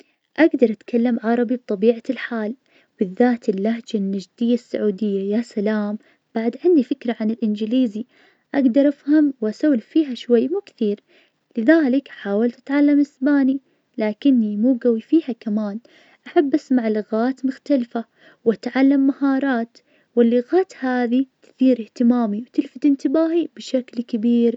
مشروبي المفضل هو الجهوة, خاصة الجهوة العربية, طريجة تحضيرها, أول شي أحط الموية في الدلة, وأخليه يغلي, بعديه نظيف البن المطحو, بعدين اتركه يغلي شوي, بعدها أضيف الهيل عشان يعطيه نكهة زينة, يا سلام! أحب اشربها مع التمر, والصباح عندي يكون حلو مع فنجان قهوة مميز.